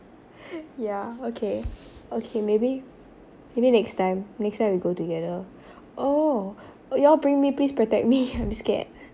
yeah okay okay maybe maybe next time next time we go together oh when y'all bring me please protect me I'm scared